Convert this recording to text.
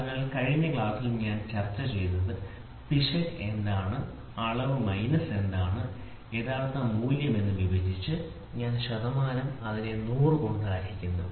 അതിനാൽ കഴിഞ്ഞ ക്ലാസ്സിൽ ഞാൻ ചർച്ചചെയ്തത് പിശക് എന്താണ് അളവ് മൈനസ് എന്താണ് യഥാർത്ഥ മൂല്യം എന്ന് വിഭജിച്ച് ഞാൻ ശതമാനം എന്ന് പറഞ്ഞാൽ അതിനെ 100 കൊണ്ട് ഹരിക്കുന്നു